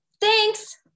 Thanks